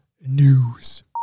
news